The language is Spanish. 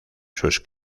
sus